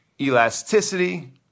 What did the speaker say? elasticity